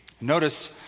Notice